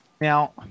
Now